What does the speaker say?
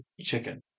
chicken